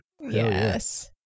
Yes